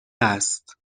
است